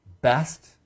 best